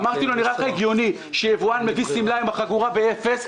אמרתי לו: נראה לך הגיוני שיבואן מביא שמלה עם החגורה באפס מס,